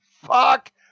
fuck